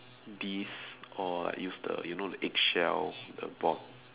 this or like use the you know the egg shell the box